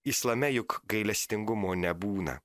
islame juk gailestingumo nebūna